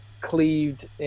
cleaved